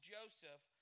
Joseph